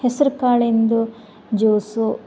ಹೆಸ್ರು ಕಾಳಿಂದು ಜ್ಯೂಸು